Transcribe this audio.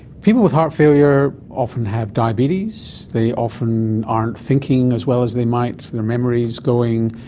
people with heart failure often have diabetes, they often aren't thinking as well as they might, their memory is going,